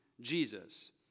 Jesus